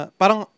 parang